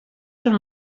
són